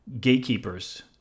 gatekeepers